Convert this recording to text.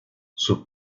sus